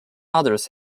others